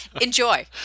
Enjoy